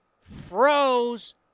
froze